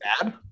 bad